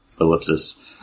Ellipsis